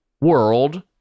world